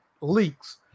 leaks